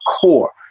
CORE